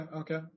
okay